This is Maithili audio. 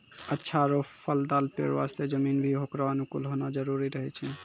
अच्छा आरो फलदाल पेड़ वास्तॅ जमीन भी होकरो अनुकूल होना जरूरी रहै छै